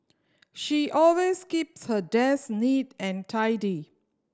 she always keeps her desk neat and tidy